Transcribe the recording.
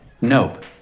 nope